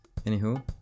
Anywho